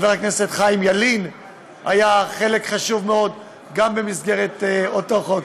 וגם לחבר הכנסת חיים ילין היה חלק חשוב מאוד במסגרת אותו חוק.